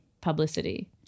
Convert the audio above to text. publicity